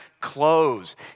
clothes